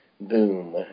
Boom